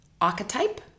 archetype